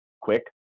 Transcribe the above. quick